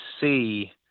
see